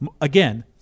again